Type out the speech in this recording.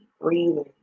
Breathing